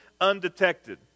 undetected